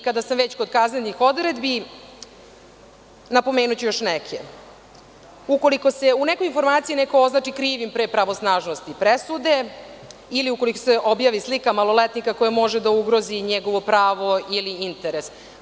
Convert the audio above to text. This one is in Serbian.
Kada sam već kod kaznenih odredbi, napomenuću još neke – ukoliko se u nekoj informaciji neko označi krivim pre pravosnažnosti presude ili ukoliko se objavi slika maloletnika koja može da ugrozi njegovo pravo ili interes.